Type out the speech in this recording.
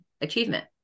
achievement